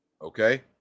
Okay